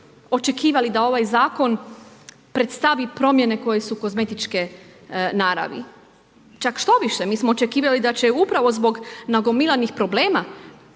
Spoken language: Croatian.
očekivali da ovaj zakon predstavi promjene koje su kozmetičke naravi. Čak štoviše, mi smo očekivali da će upravo zbog nagomilanih problema